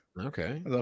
Okay